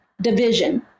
division